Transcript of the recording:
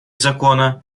закона